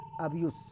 abuse